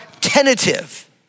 tentative